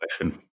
question